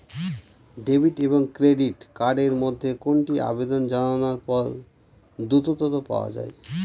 Debit এবং credit card এর মধ্যে কোনটি আবেদন জানানোর পর দ্রুততর পাওয়া য়ায়?